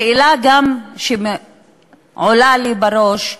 גם השאלה שעולה לי בראש,